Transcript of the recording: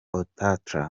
ouattara